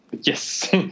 yes